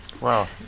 Wow